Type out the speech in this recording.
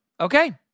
Okay